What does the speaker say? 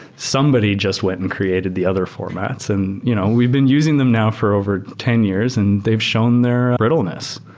somebody just went and created the other formats. and you know we've been using them now for over ten years and they've shown their brittleness.